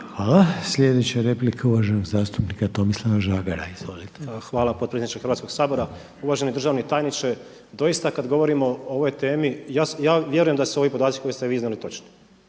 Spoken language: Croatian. Hvala. Sljedeća replika uvaženog zastupnika Tomislava Žagara. Izvolite. **Žagar, Tomislav (Nezavisni)** Hvala predsjedniče Hrvatskog sabora. Uvaženi državni tajniče. Doista kada govorimo o ovoj temi, ja vjerujem da su ovi podaci koje ste vi iznijeli točni,